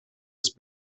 ist